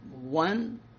one